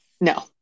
No